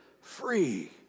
free